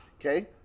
Okay